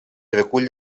recull